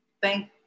thank